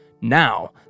Now